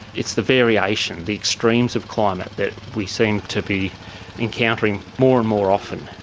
it's the variation, the extremes of climate that we seem to be encountering more and more often.